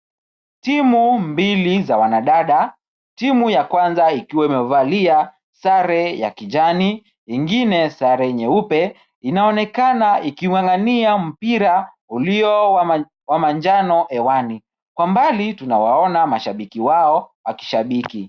Timu mbili za wanadada. Timu ya kwanza ikiwa imevalia sare ya kijani ingine sare nyeupe inaonekana iking'ang'ania mpira ulio wa manjano hewani. Kwa mbali tunawaona mashabiki wao wakishabiki.